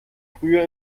früher